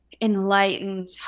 enlightened